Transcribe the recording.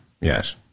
yes